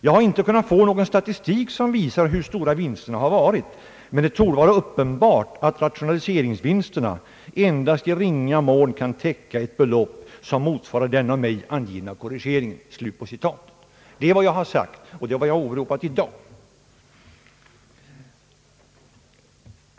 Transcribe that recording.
Jag har inte kunnat få någon statistik som visar hur stora vinsterna har varit, men det torde vara uppenbart att rationaliseringsvinsterna endast i ringa mån kan täcka ett belopp som motsvarar den av mig angivna korrigeringen.» Det var vad jag sade förra året, och det är vad jag åberopat i dag.